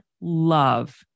love